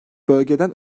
bölgeden